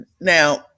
Now